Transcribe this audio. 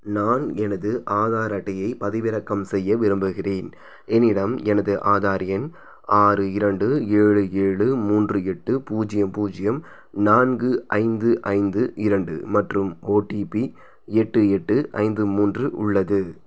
நான் எனது ஆதார் அட்டையை பதிவிறக்கம் செய்ய விரும்புகிறேன் என்னிடம் எனது ஆதார் எண் ஆறு இரண்டு ஏழு ஏழு மூன்று எட்டு பூஜ்ஜியம் பூஜ்ஜியம் நான்கு ஐந்து ஐந்து இரண்டு மற்றும் ஓடிபி எட்டு எட்டு ஐந்து மூன்று உள்ளது